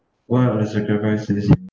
what are the sacrifices